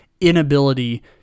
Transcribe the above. inability